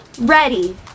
ready